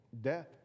Death